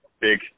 big